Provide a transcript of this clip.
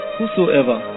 Whosoever